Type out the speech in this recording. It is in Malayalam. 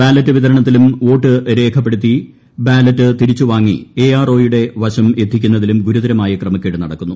ബാലറ്റ് വിതരണത്തിലും വോട്ട് രേഖപ്പെടുത്തിയ ബാലറ്റ് തിരിച്ചു വാങ്ങി എആർഒയുടെ വശം എത്തിക്കുന്നതിലും ഗുരുതരമായ ക്രമക്കേട് നടക്കുന്നു